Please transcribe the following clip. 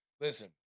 listen